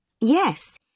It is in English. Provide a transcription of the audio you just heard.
Yes